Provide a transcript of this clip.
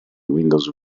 windows